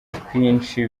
twinshi